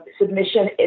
submission